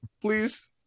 please